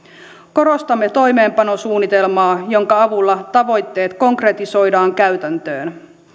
korostamme toimeenpanosuunnitelmaa jonka avulla tavoitteet konkretisoidaan käytäntöön